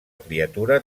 criatura